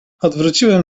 odwróciłem